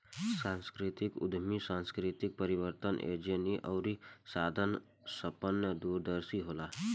सांस्कृतिक उद्यमी सांस्कृतिक परिवर्तन एजेंट अउरी साधन संपन्न दूरदर्शी होला